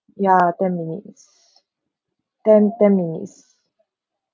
ya ten minutes ten ten minutes